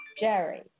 Jerry